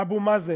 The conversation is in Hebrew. אבו מאזן,